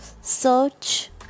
search